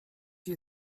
you